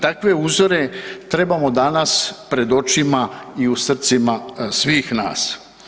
Takve uzore trebamo danas pred očima i u srcima svih nas.